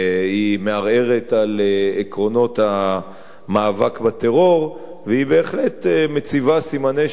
היא מערערת על עקרונות המאבק בטרור והיא בהחלט מציבה סימני שאלה